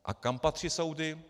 A kam patří soudy?